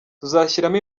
tuzashyiramo